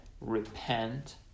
Repent